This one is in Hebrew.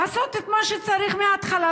לעשות את מה שצריך מהתחלה,